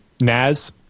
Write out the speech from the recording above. NAS